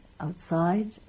Outside